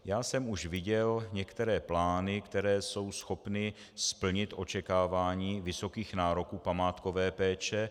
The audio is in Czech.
Už jsem viděl některé plány, které jsou schopny splnit očekávání vysokých nároků památkové péče.